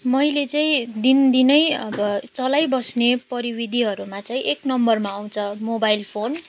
मैले चाहिँ दिन दिनैँ अब चलाइबस्ने प्रविधिहरूमा चाहिँ एक नम्बरमा आउँछ मोबाइल फोन